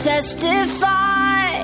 testify